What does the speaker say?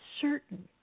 certain